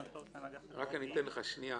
המכלול אמרתי שיש כמה נקודות שברגע שנגמור את